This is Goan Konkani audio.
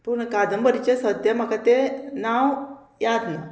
पूण कादंबरीचें सद्या म्हाका तें नांव याद ना